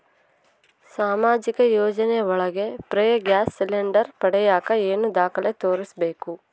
ಸಾಮಾಜಿಕ ಯೋಜನೆ ಒಳಗ ಫ್ರೇ ಗ್ಯಾಸ್ ಸಿಲಿಂಡರ್ ಪಡಿಯಾಕ ಏನು ದಾಖಲೆ ತೋರಿಸ್ಬೇಕು?